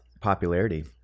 popularity